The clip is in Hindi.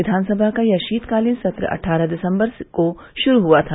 विधानसभा का यह शीत कालीन सत्र अट्ठारह दिसम्बर को श्रू हक्षा था